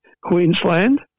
Queensland